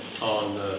on